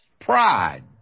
pride